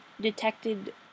detected